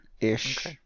ish